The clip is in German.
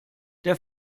der